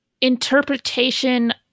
interpretation